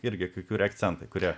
irgi kai kurie akcentai kurie